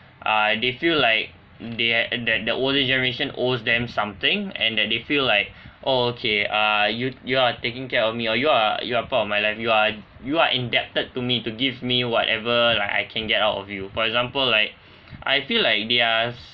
uh they feel like they th~ the older generation owes them something and that they feel like oh okay uh you you are taking care of me or you are you are part of my life you are you are indebted to me to give me whatever like I can get out of you for example like I feel like they are